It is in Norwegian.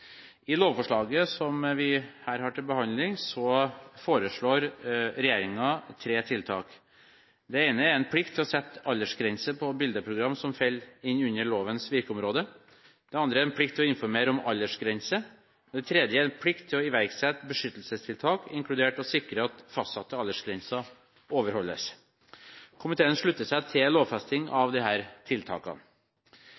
I lovforslaget som vi her har til behandling, foreslår regjeringen tre tiltak. Det ene er en plikt til å sette aldersgrense på bildeprogram som faller inn under lovens virkeområde. Det andre er en plikt til å informere om aldersgrense, og det tredje er en plikt til å iverksette beskyttelsestiltak, inkludert å sikre at fastsatte aldersgrenser overholdes. Komiteen slutter seg til lovfesting